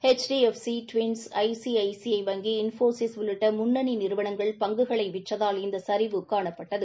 HD FC twins ICICI வங்கி இன்போசிஸ் உள்ளிட்ட முன்னணி நிறுவனங்கள் பங்குகளை விற்றதால் இந்த சரிவு காணப்பட்டது